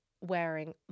wearing